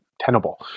tenable